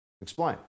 Explain